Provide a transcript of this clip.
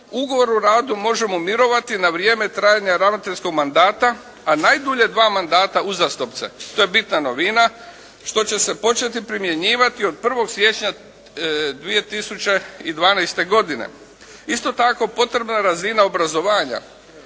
ugovor o radu može mu mirovati za vrijeme trajanja ravnateljskog mandata a najdulje dva mandata uzastopce. To je bitna novina što će se početi primjenjivati od 1. siječnja 2012. godine. Isto tako, potrebna razina obrazovanja